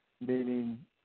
meaning